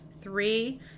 three